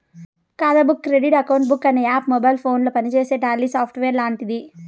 ఖాతా book credit account book అనే app mobile ఫోనుల పనిచేసే టాలీ సాఫ్ట్వేర్ లాంటిది